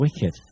wicked